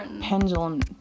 Pendulum